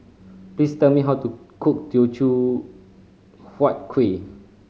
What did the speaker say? please tell me how to cook Teochew Huat Kueh